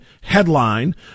headline